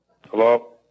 Hello